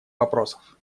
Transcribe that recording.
вопросов